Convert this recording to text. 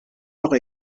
doch